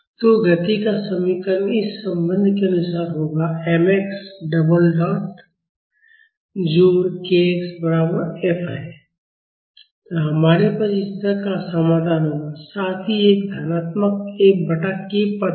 तो गति का समीकरण इस संबंध के अनुसार होगा m x डबल डॉट जोड़ k x बराबर F है और हमारे पास इस तरह का समाधान होगा साथ ही एक धनात्मक F बटा k पद होगा